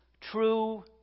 true